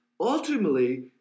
ultimately